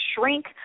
shrink